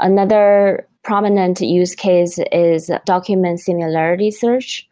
another prominent use case is document similarity search